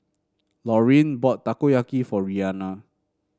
Lauryn bought Takoyaki for Rianna